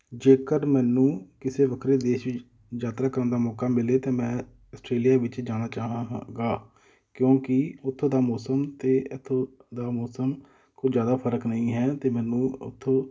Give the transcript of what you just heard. ਜੇਕਰ ਮੈਨੂੰ ਕਿਸੇ ਵੱਖਰੇ ਦੇਸ਼ ਵਿੱਚ ਯਾਤਰਾ ਕਰਨ ਦਾ ਮੌਕਾ ਮਿਲੇ ਤਾਂ ਮੈਂ ਆਸਟ੍ਰੇਲੀਆ ਵਿੱਚ ਜਾਣਾ ਚਾਹਾਂਗਾ ਕਿਉਂਕਿ ਉੱਥੋਂ ਦਾ ਮੌਸਮ ਅਤੇ ਇੱਥੋਂ ਦਾ ਮੌਸਮ ਕੁਝ ਜ਼ਿਆਦਾ ਫ਼ਰਕ ਨਹੀਂ ਹੈ ਅਤੇ ਮੈਨੂੰ ਉੱਥੋਂ